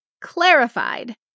clarified